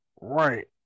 Right